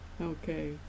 Okay